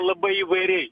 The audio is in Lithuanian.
labai įvairiai